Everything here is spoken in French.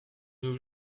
nos